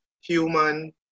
human